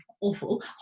awful